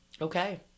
Okay